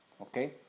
Okay